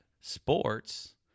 sports